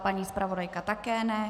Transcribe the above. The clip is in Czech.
Paní zpravodajka také ne.